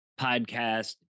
podcast